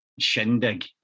shindig